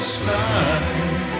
side